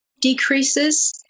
decreases